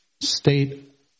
state